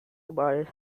borders